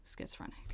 schizophrenic